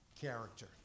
character